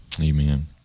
Amen